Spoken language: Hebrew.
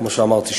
כמו שאמרתי,